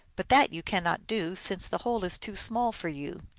but that you cannot do, since the hole is too small for you.